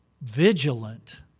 vigilant